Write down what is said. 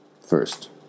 First